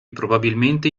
probabilmente